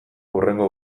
hurrengo